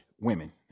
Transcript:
women